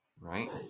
right